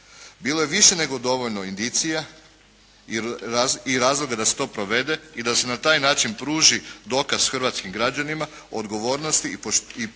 Bilo je više nego dovoljno indicija i razloga da se to provede i da se na taj način pruži dokaz hrvatskim građanima o odgovornosti, odgovornom